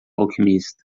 alquimista